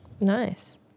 Nice